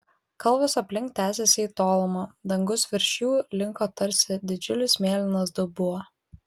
kalvos aplink tęsėsi į tolumą dangus virš jų linko tarsi didžiulis mėlynas dubuo